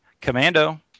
Commando